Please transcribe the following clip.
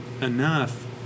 enough